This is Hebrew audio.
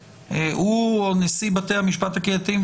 הוא או נשיא בתי המשפט הקהילתיים,